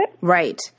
Right